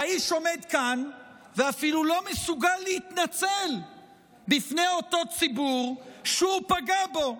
והאיש עומד כאן ואפילו לא מסוגל להתנצל בפני אותו ציבור שהוא פגע בו.